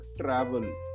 travel